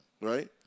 right